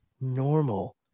normal